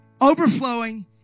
overflowing